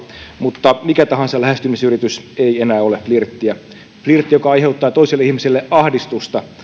mutta mikä tahansa lähestymisyritys ei enää ole flirttiä flirtti joka aiheuttaa toiselle ihmiselle ahdistusta